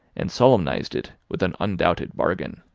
and solemnised it with an undoubted bargain.